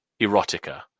erotica